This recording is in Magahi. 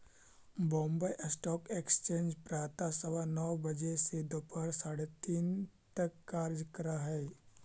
बॉम्बे स्टॉक एक्सचेंज प्रातः सवा नौ बजे से दोपहर साढ़े तीन तक कार्य करऽ हइ